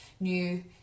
new